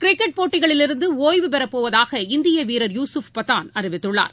cricket போட்டிகளிலிருந்துடிய்வுபெறப்போவதாக இந்தியவீரர் யூசுப் பதான் அறிவித்துள்ளார்